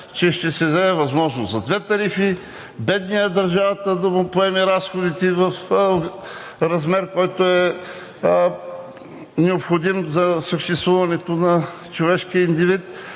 че ще се даде възможност за две тарифи – на бедния държавата да му поеме разходите в размер, който е необходим за съществуването на човешкия индивид,